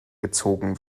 gezogen